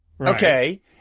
Okay